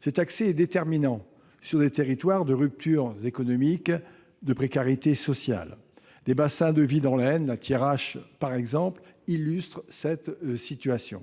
Cet accès est déterminant dans des territoires de ruptures économiques et de précarités sociales. Des bassins de vie dans l'Aisne, la Thiérache par exemple, illustrent cette situation.